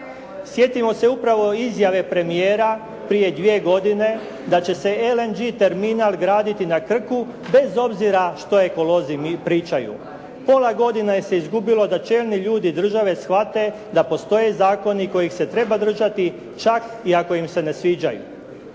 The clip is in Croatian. Sjetimo se upravo izjave premijera prije 2 godine da će se LNG terminal graditi na Krku, bez obzira što ekolozi pričaju. Pola godine se izgubilo da čelni ljudi države shvate da postoje zakoni kojih se treba držati, čak i ako im se ne sviđaju.